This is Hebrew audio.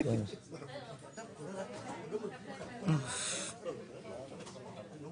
את ההצבעה במקבצים של חמש-חמש.